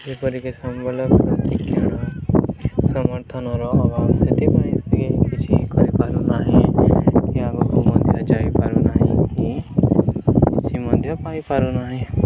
ଯେପରିକି ସମ୍ବଲପୁରୀ ଶିକ୍ଷା ସମର୍ଥନର ଅଭାବ ସେଥିପାଇଁ ସେ କିଛି କରିପାରୁନାହିଁ କି ଆଗକୁ ମଧ୍ୟ ଯାଇପାରୁନାହିଁ କି କିଛି ମଧ୍ୟ ପାଇପାରୁନାହିଁ